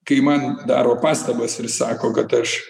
kai man daro pastabas ir sako kad aš